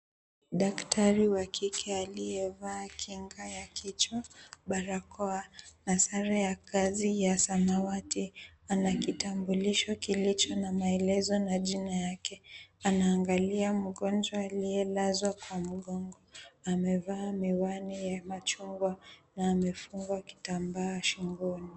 Daktari wa kike aliyevaa kinga ya kichwa, barakoa na sare ya kazi ya samawati ana kitambulisho kilicho na maelezo na jina yake. Anaangalia mgonjwa aliyelazwa kwa mgongo. Amevaa miwani ya machungwa na amefungwa kitambaa shingoni.